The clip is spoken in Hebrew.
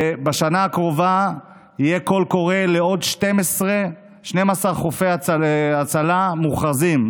ובשנה הקרובה יהיה קול קורא לעוד 12 חופי הצלה מוכרזים,